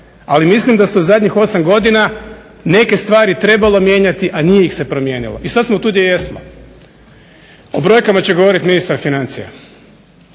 Ali mislim da sa zadnjih osam godina neke stvari je trebalo mijenjati, a nije ih se promijenilo i sad smo tu gdje jesmo. O brojkama će govoriti ministar financija.